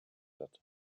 wird